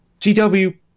GW